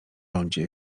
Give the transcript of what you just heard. lądzie